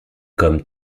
comme